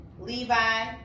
Levi